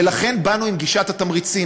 ולכן באנו עם גישת התמריצים.